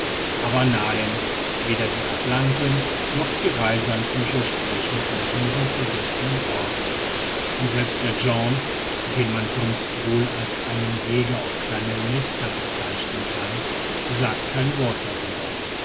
aber nein weder die atlanten noch die reisehandbücher sprechen von diesem vergessenen ort und selbst herr joanne den man sonst wohl als einen jäger auf kleine nester bezeichnen kann sagt kein wort darüber